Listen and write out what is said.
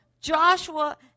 Joshua